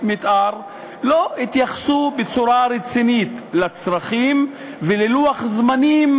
מתאר לא התייחסו בצורה רצינית לצרכים וללוח זמנים